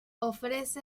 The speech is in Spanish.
ofrece